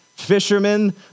fishermen